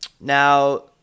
Now